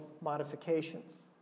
modifications